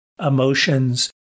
emotions